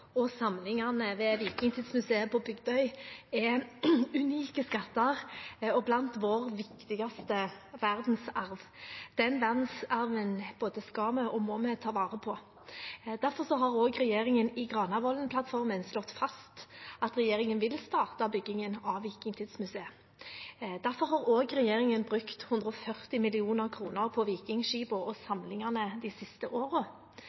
og samlingene ved Vikingtidsmuseet på Bygdøy er unike skatter og blant vår viktigste verdensarv. Den verdensarven både skal vi og må vi ta vare på. Derfor har regjeringen i Granavolden-plattformen slått fast at regjeringen vil starte byggingen av nytt vikingtidsmuseum. Derfor har også regjeringen brukt 140 mill. kr på vikingskipene og samlingene de siste